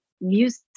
music